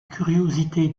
curiosité